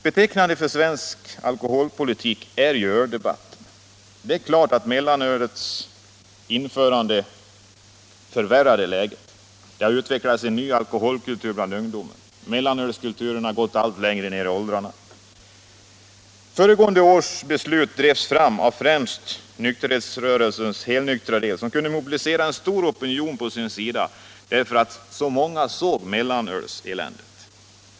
Betecknande för svensk alkoholpolitik är öldebatten. Det är klart att mellanölets införande förvärrade läget. Det har utvecklats en ny alkoholkultur bland ungdom — mellanölskulturen, som gått allt längre ned i åldrarna. Föregående års beslut drevs fram av främst nykterhetsrörelsens helnyktra del, som kunde mobilisera en stor opinion på sin sida därför att så många såg mellanölseländet.